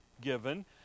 given